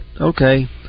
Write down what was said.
okay